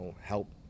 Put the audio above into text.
help